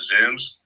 Zooms